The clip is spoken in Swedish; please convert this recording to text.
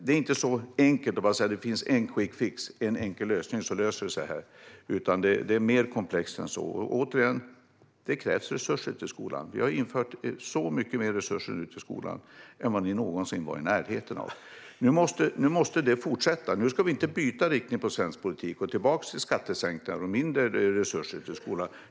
Det finns ingen quick fix eller någon enkel lösning, utan det är mer komplext än så. Det krävs, återigen, resurser till skolan. Vi har infört så mycket mer resurser till skolan än vad ni någonsin var i närheten av. Nu måste detta fortsätta. Nu ska vi inte byta riktning på svensk politik och gå tillbaka till skattesänkningar och mindre resurser till skolan.